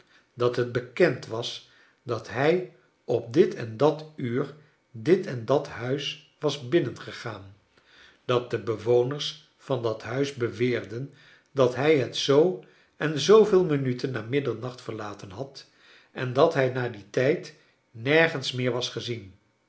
dat het bekend was dat hij op dit en dat uur dit en dat huis was binnengegaan dat de bewoners van dat huis beweerden dat hij het zoo en zooveel minuten na middernacht verlaten had en dat hij na dien tijd nergens meer was gezien